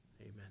Amen